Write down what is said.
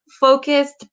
focused